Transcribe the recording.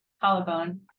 collarbone